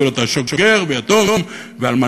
ולא תעשוק גר ויתום ואלמנה,